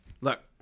look